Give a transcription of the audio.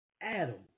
Adam